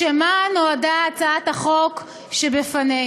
לשם מה נועדה הצעת החוק שבפנינו.